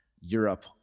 Europe